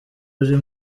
ruri